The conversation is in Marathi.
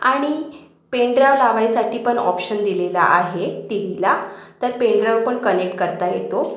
आणि पेनड्राव लावायसाठी पण ऑप्शन दिलेला आहे टी वीला तर पेनड्राइव पण कनेक्ट करता येतो